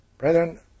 Brethren